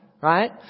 Right